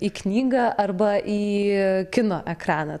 į knygą arba į kino ekraną